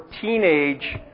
teenage